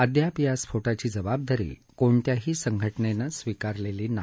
अद्याप या स्फोटाची जबाबदारी कोणत्याही संघटनेनं स्वीकारलेली नाही